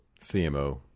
CMO